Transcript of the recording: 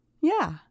Yeah